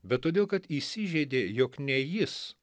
bet todėl kad įsižeidė jog ne jis